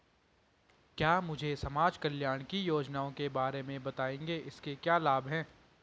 क्या मुझे समाज कल्याण की योजनाओं के बारे में बताएँगे इसके क्या लाभ हैं?